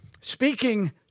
Speaking